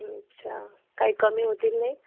अच्छा काही कमी होतील नाही